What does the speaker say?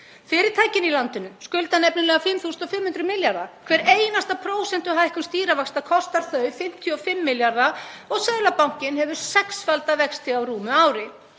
Fyrirtækin í landinu skulda nefnilega 5.500 milljarða. Hver einasta prósentuhækkun stýrivaxta kostar þau 55 milljarða og Seðlabankinn hefur sexfaldað vexti á rúmu ári.